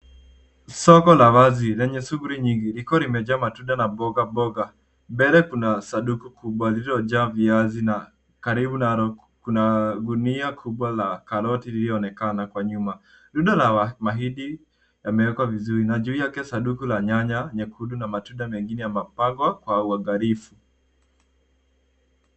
Soko la wazi lenye shughuli nyingi likiwa limejaa matunda na mboga, mboga. Mbele kuna sanduku kubwa lililojaa viazi na karibu nalo kuna gunia kubwa la karoti lililooekana kwa nyuma. Rundo la mahindi yamewekwa vizuri na juu yake sanduku la nyanya nyekundu na matunda mengine yamepangwa kwa uangalifu.